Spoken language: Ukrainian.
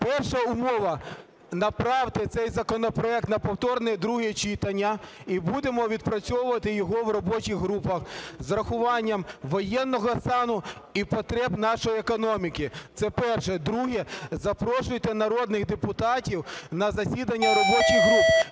Перша умова. Направте цей законопроект на повторне друге читання, і будемо відпрацьовувати його в робочих групах з урахуванням воєнного стану і потреб нашої економіки. Це перше. Друге. Запрошуйте народних депутатів на засідання робочих груп.